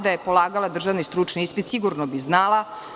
Da je polagala državni i stručni ispit, sigurno bi znala.